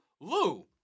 Lou